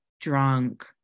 drunk